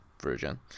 version